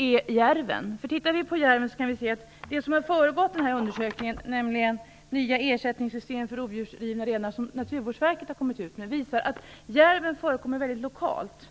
är järven. Naturvårdsverkets Nya ersättningssystem för rovdjursrivna renar, som har föregått den här undersökningen, visar att järven förekommer väldigt lokalt.